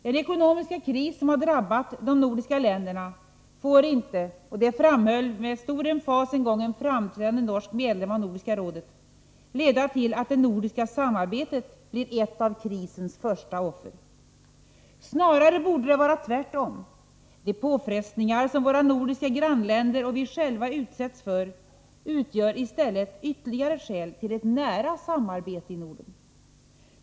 Den ekonomiska kris som har drabbat de nordiska länderna får inte, framhöll med stor emfas en gång en framträdande norsk medlem av Nordiska rådet, leda till att det nordiska samarbetet blir ett av krisens första offer. Snarare borde det vara tvärtom. De påfrestningar som våra nordiska grannländer och vi själva utsätts för utgör i stället ytterligare skäl till ett nära samarbete i Norden.